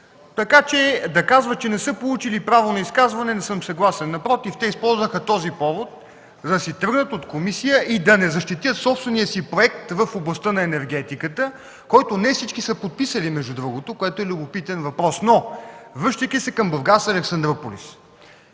така че да казват, че не са получили право на изказване, не съм съгласен. Напротив, те използваха този повод, за да си тръгнат от комисията и да не защитят собствения си проект в областта на енергетиката, който не всички са подписали между другото, което е любопитен въпрос. Но връщайки се към „Бургас – Александруполис”,